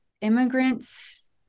immigrants